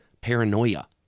paranoia